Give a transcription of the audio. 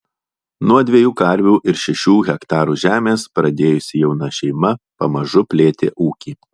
nuo dviejų karvių ir šešių hektarų žemės pradėjusi jauna šeima pamažu plėtė ūkį